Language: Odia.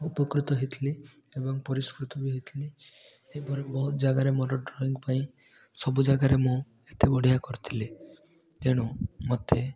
ଉପକୃତ ହେଇଥିଲି ଏବଂ ପୁରସ୍କୃତ ବି ହେଇଥିଲି ଏପରି ବହୁତ ଜାଗାରେ ମୋର ଡ୍ରଇଂ ପାଇଁ ସବୁ ଜାଗାରେ ମୁଁ ଏତେ ବଢ଼ିଆ କରିଥିଲି ତେଣୁ ମୋତେ